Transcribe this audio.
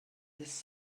this